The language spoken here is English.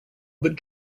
but